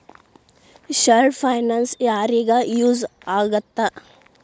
short finance ಯಾರಿಗ use ಆಗತ್ತಾ